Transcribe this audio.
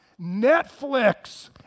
Netflix